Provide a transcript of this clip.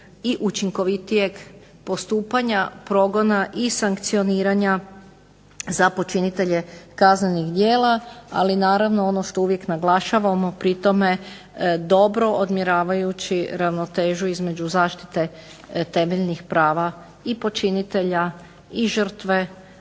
i učinkovitijeg postupanja progona i sankcioniranja za počinitelje kaznenih djela. Ali naravno ono što uvijek naglašavamo pri tome dobro odmjeravajući ravnotežu između zaštite temeljnih prava i počinitelja i žrtve